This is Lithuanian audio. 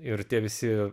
ir tie visi